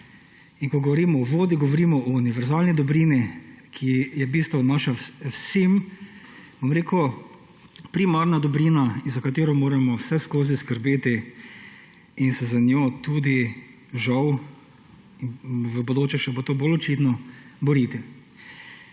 ko govorimo o vodi, govorimo o univerzalni dobrini, ki je v bistvu naša, vsem primarna dobrina in za katero moramo vseskozi skrbeti in se za njo tudi, žal, in v bodoče še bo to bolj očitno, boriti.